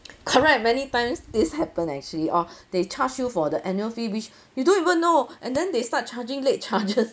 correct many times this happened actually or they charge you for the annual fee which you don't even know and then they start charging late charges